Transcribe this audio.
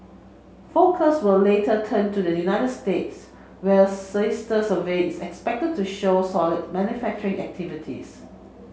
focus will later turn to the United States where a sister survey is expected to show solid manufacturing activities